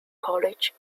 college